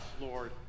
Lord